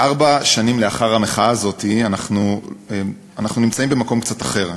וארבע שנים לאחר המחאה הזאת אנחנו נמצאים במקום קצת אחר.